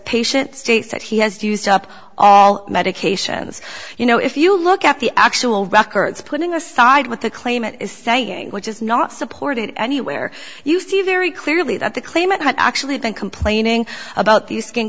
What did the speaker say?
patient states that he has used up all medications you know if you look at the actual records putting aside what the claimant is saying which is not supported any where you see very clearly that the claimant had actually been complaining about